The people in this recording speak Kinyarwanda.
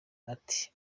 ati